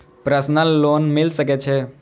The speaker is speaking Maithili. प्रसनल लोन मिल सके छे?